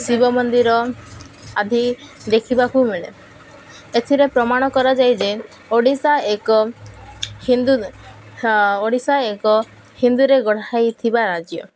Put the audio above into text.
ଶିବ ମନ୍ଦିର ଆଦି ଦେଖିବାକୁ ମିଳେ ଏଥିରେ ପ୍ରମାଣ କରାଯାଏ ଯେ ଓଡ଼ିଶା ଏକ ହିନ୍ଦୁ ଓଡ଼ିଶା ଏକ ହିନ୍ଦୁରେ ଗଢ଼ାହେଇ ଥିବା ରାଜ୍ୟ